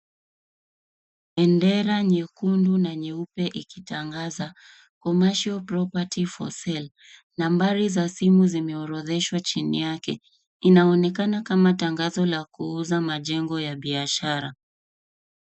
Bendera nyekundu na nyeupe ikitangaza COMMERCIAL PROPERTY FOR SALE nambari za simu zimeorotheshwa chini yake . Inaonekana kama tangazo la kuuza majengo ya biashara.